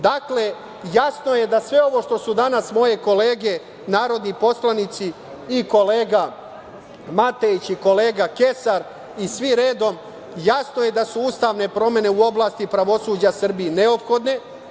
Dakle, jasno je da sve ono što su danas moje kolege narodni poslanici, i kolega Matejić i kolega Kesar i svi redom, jasno je da su ustavne promene u oblasti pravosuđa Srbiji neophodne.